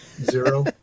Zero